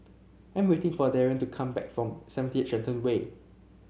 I am waiting for Darrien to come back from seventy eight Shenton Way